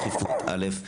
א',